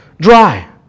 dry